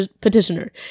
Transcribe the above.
petitioner